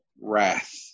wrath